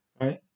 right